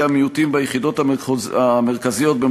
האורגנים האלה שפועלים בתוך הרשויות, עם